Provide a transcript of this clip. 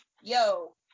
yo